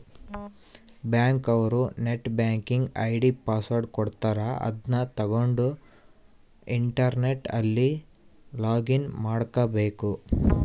bank ಅವ್ರು net banking ID password ಕೊಡ್ತಾರ ಅದುನ್ನ ತಗೊಂಡ್ ಇಂಟರ್ನೆಟ್ ಅಲ್ಲಿ ಲೊಗಿನ್ ಮಾಡ್ಕಬೇಕು